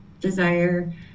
desire